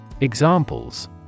Examples